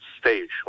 stage